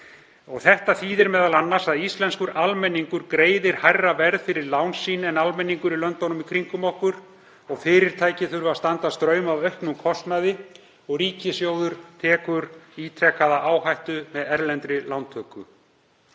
Þetta þýðir m.a. að íslenskur almenningur greiðir hærra verð fyrir lán sín en almenningur í löndunum í kringum okkur, fyrirtæki þurfa að standa straum af auknum kostnaði og ríkissjóður tekur ítrekaða áhættu með erlendri lántöku.